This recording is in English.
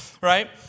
right